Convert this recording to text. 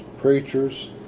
preachers